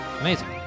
Amazing